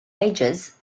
ages